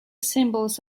symbols